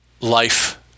Life